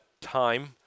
time